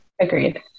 Agreed